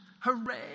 hooray